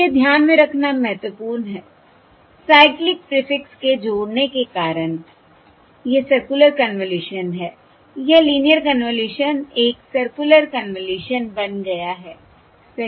और यह ध्यान में रखना महत्वपूर्ण है साइक्लिक प्रीफिक्स के जोड़ने के कारण यह सर्कुलर कन्वेन्शन है यह लीनियर कन्वॉल्यूशन एक सर्कुलर कन्वॉल्यूशन बन गया है सही